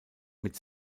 mit